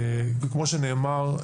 כמו שנאמר,